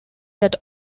that